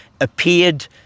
appeared